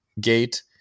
gate